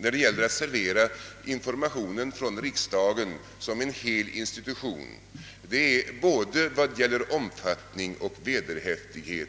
När det gäller att servera information från riksdagen som institution, så är den in formationen både vad gäller omfattning och vederhäftighet